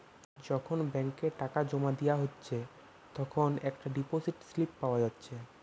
যখন ব্যাংকে টাকা জোমা দিয়া হচ্ছে তখন একটা ডিপোসিট স্লিপ পাওয়া যাচ্ছে